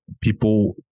people